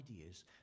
ideas